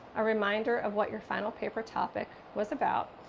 a reminder of what your final paper topic was about,